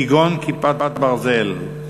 כגון "כיפת ברזל",